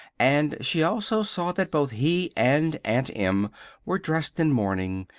and she also saw that both he and aunt em were dressed in mourning,